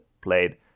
played